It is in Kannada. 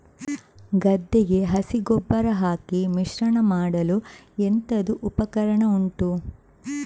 ಗದ್ದೆಗೆ ಹಸಿ ಗೊಬ್ಬರ ಹಾಕಿ ಮಿಶ್ರಣ ಮಾಡಲು ಎಂತದು ಉಪಕರಣ ಉಂಟು?